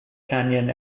canyon